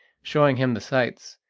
showing him the sights,